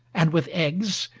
and with eggs,